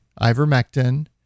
ivermectin